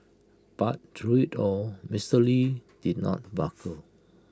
but through IT all Mister lee did not buckle